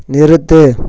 நிறுத்து